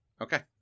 Okay